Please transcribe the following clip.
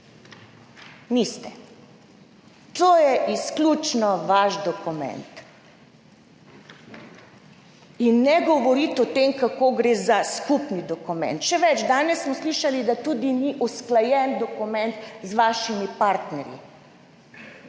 Niste. To je izključno vaš dokument in ne govoriti o tem, kako gre za skupni dokument. Še več, danes smo slišali, da tudi ni usklajen dokument z vašimi partnerji.